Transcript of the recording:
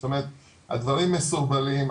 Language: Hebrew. זאת אומרת הדברים מסורבלים.